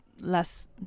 less